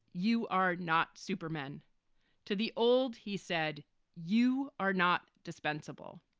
you are not superman to the old. he said you are not dispensable.